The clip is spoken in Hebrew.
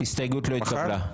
ההסתייגות לא התקבלה.